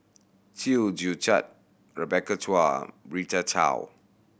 Chew Joo Chiat Rebecca Chua Rita Chao